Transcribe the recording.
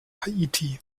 haiti